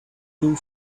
blue